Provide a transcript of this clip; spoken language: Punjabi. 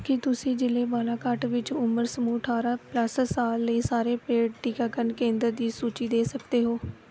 ਕੀ ਤੁਸੀਂ ਜ਼ਿਲ੍ਹੇ ਬਾਲਾਘਾਟ ਵਿੱਚ ਉਮਰ ਸਮੂਹ ਅਠਾਰਾਂ ਪਲੱਸ ਸਾਲ ਲਈ ਸਾਰੇ ਪੇਂਡੂ ਟੀਕਾਕਰਨ ਕੇਂਦਰ ਦੀ ਸੂਚੀ ਦੇ ਸਕਦੇ ਹੋ